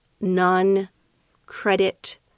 non-credit